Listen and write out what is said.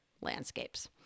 landscapes